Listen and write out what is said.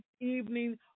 evening